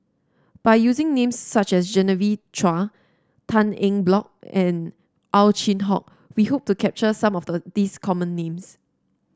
by using names such as Genevieve Chua Tan Eng Bock and Ow Chin Hock we hope to capture some of the these common names